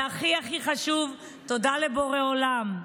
והכי הכי חשוב, תודה לבורא עולם.